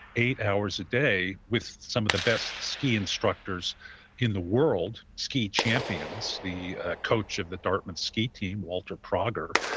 eight hours a day with some of the best ski instructors in the world, ski champions, the ah coach of the dartmouth ski team, walter prager,